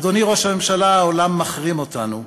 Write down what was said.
אדוני ראש הממשלה, העולם מחרים אותנו.